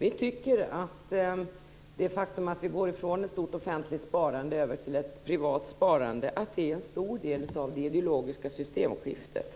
Vi tycker att det faktum att vi går ifrån ett stort offentligt sparande till ett privat sparande är en stor del av det ideologiska systemskiftet.